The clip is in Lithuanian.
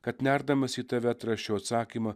kad nerdamas į tave atrasčiau atsakymą